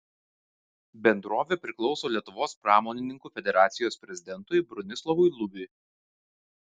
bendrovė priklauso lietuvos pramonininkų federacijos prezidentui bronislovui lubiui